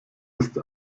ist